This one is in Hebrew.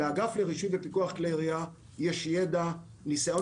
לאגף לרישוי ופיקוח כלי ירייה יש ידע וניסיון